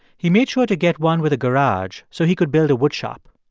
he made sure to get one with a garage so he could build a woodshop.